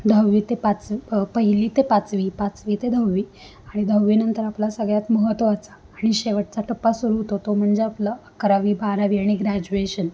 दहावी ते पाच प पहिली ते पाचवी पाचवी ते दहावी आणि दहावीनंतर आपला सगळ्यात महत्त्वाचा आणि शेवटचा टप्पा सुरू होतो तो म्हणजे आपलं अकरावी बारावी आणि ग्रॅज्युएशन